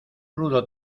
rudo